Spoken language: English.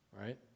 Right